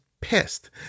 pissed